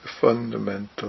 fundamental